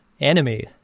enemy